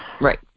Right